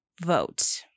vote